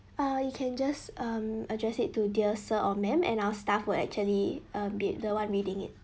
uh you can just um address it to dear sir or madam and our staff will actually um be the one reading it